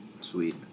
Sweet